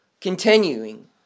continuing